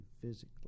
physically